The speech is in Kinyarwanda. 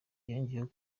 yongeyeho